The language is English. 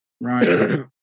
Right